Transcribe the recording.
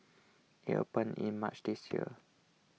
it opened in March this year